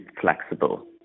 flexible